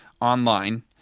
online